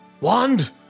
Wand